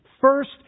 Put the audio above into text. first